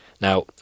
Now